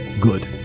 good